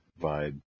vibe